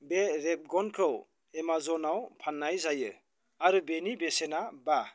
बे रेबगनखौ एमाजनाव फाननाय जायो आरो बेनि बेसेना बा